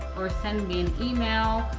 or send me an email.